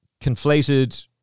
Conflated